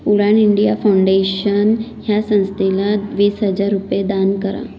उडान India Foundation ह्या संस्थेला वीस हजार रुपये दान करा